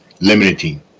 limiting